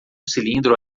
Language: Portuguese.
cilindro